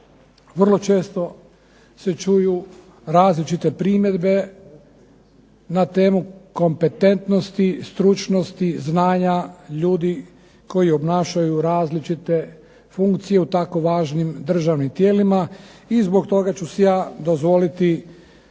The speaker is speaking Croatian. Vrlo često se čuju različite primjedbe na temu kompetentnosti, stručnosti, znanja ljudi koji obnašaju različite funkcije u tako važnim državnim tijelima i zbog toga ću si ja dozvoliti